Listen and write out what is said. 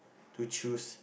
to choose